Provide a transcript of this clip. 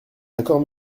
accords